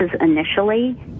initially